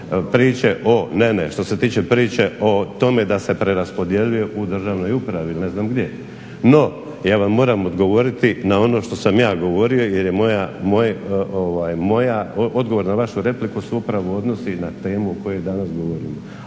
priče o tome da se preraspodjeljuje u državnoj upravi ili ne znam gdje. No, ja vam moram odgovoriti na ono što sam ja govorio jer je moj odgovor na vašu repliku su upravo odnosi na temu o kojoj danas govorimo,